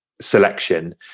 selection